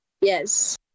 Yes